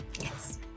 yes